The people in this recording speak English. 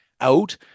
out